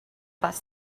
bus